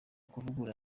kuvugurura